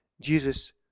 Jesus